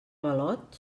avalot